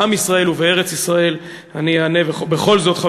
בעם ישראל ובארץ-ישראל" אני אענה בכל זאת,